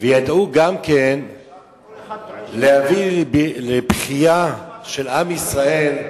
וידעו גם כן להביא לבכייה של עם ישראל,